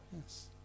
Yes